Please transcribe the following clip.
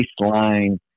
baseline